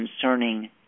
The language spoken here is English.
concerning